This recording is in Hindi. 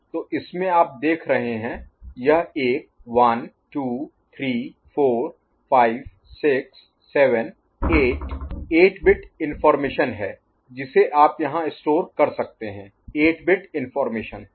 तो इसमें जो आप देख रहे हैं यह एक 1 2 3 4 5 6 7 8 8 बिट इनफार्मेशन Information जानकारी है जिसे आप यहां स्टोर कर सकते हैं 8 बिट इनफार्मेशन Information जानकारी